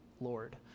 Lord